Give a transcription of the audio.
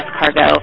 cargo